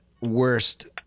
worst